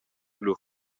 lur